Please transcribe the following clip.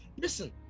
listen